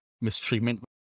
mistreatment